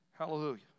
Hallelujah